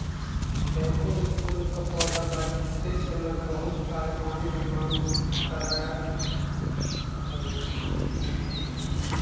daffodil फूल का पौधा बढ़ते समय बहुत सारे पानी की मांग करअ हई